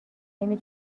نمی